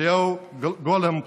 אליהו גולומב.